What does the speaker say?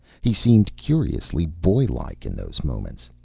he seemed curiously boylike in those moments.